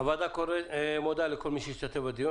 לסיכום, הוועדה מודה לכל מי שהשתתף בדיון.